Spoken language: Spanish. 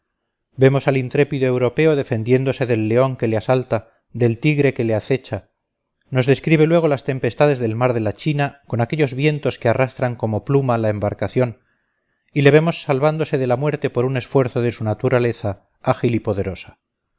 vemos al intrépido europeo defendiéndose del león que le asalta del tigre que le acecha nos describe luego las tempestades del mar de la china con aquellos vientos que arrastran como pluma la embarcación y le vemos salvándose de la muerte por un esfuerzo de su naturaleza ágil y poderosa